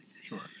Sure